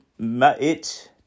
Ma'it